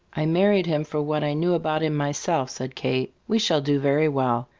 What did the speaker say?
i married him for what i knew about him myself, said kate. we shall do very well.